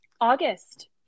August